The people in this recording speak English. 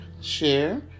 share